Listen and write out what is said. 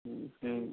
ம் சரிங்க